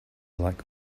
like